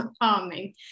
farming